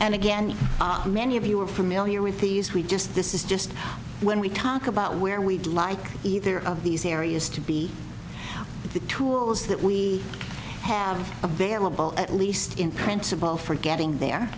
and again many of you are familiar with these we just this is just when we talk about where we'd like either of these areas to be the tools that we have available at least in principle for getting there